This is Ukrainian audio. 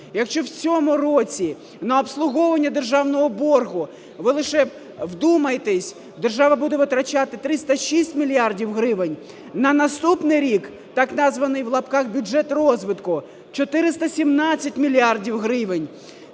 Якщо в цьому році на обслуговування державного боргу – ви лише вдумайтеся – держава буде витрачати 306 мільярдів гривень, на наступний рік, так названий (в лапках) "бюджет розвитку" – 417 мільярдів